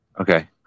Okay